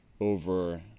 over